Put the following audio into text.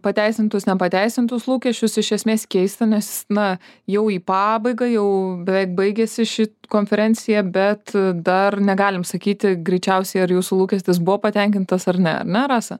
pateisintus nepateisintus lūkesčius iš esmės keista nes na jau į pabaigą jau beveik baigiasi ši konferencija bet dar negalim sakyti greičiausiai ar jūsų lūkestis buvo patenkintas ar ne ar ne rasa